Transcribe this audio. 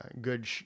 good